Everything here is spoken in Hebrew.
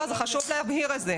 חשוב להבהיר את זה.